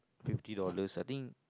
fifty dollars I think